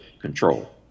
control